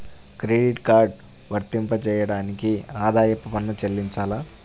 Credit card వర్తింపజేయడానికి ఆదాయపు పన్ను చెల్లించాలా?